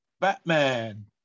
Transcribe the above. Batman